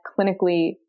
clinically